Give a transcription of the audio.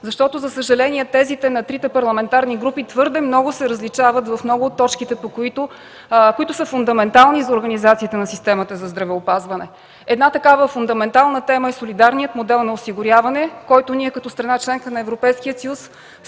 защото, за съжаление, тезите на трите парламентарни групи твърде много се различават в много от точките, които са фундаментални за организацията на системата за здравеопазване. Една такава фундаментална тема е солидарният модел на осигуряване, който ние като страна – членка на Европейския